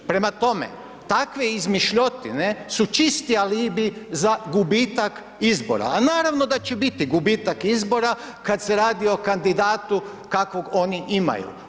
Prema tome, takve izmišljotine su čisti alibi za gubitak izbora, a naravno da će biti gubitak izbora kad se radi o kandidatu kakvog oni imaju.